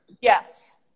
Yes